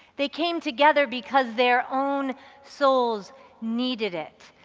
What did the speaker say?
they came together because their own souls needed it,